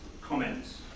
comments